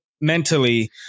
mentally